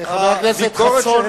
הביקורת שהעלית,